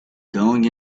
going